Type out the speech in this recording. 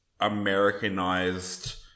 Americanized